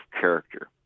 character